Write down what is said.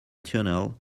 tunnel